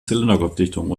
zylinderkopfdichtung